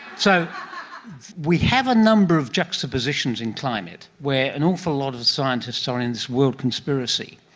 so we have a number of juxtapositions in climate where an awful lot of scientists are in this world conspiracy,